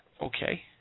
Okay